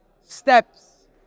steps